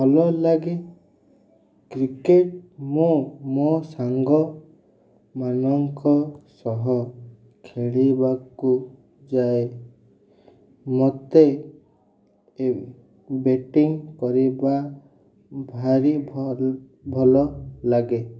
ଭଲ ହେଲାକି କ୍ରିକେଟ୍ ମୁଁ ମୋ ସାଙ୍ଗମାନଙ୍କ ସହ ଖେଳିବାକୁ ଯାଏ ମୋତେ ବେଟିଂ କରିବା ଭାରି ଭଲ ଲାଗେ